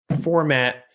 format